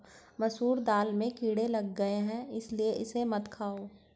मसूर दाल में कीड़े लग गए है इसलिए इसे मत खाओ